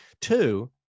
Two